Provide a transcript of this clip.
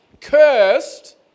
Cursed